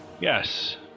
Yes